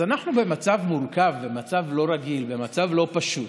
אז אנחנו במצב מורכב, במצב לא רגיל, במצב לא פשוט.